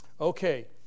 Okay